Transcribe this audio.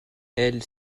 elle